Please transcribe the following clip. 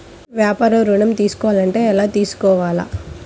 వ్యాపార ఋణం తీసుకోవాలంటే ఎలా తీసుకోవాలా?